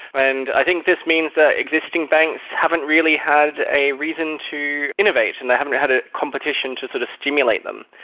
and i think this means that existing banks haven't really had a reason to innovate and they haven't had a competition to sort of stimulate them.